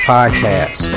Podcast